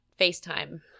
FaceTime